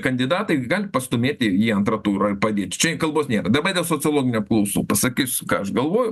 kandidatai gali pastūmėti į antrą turą ir padėti čia kalbos nėra dabar dėl sociologinių apklausų pasakysiu ką aš galvoju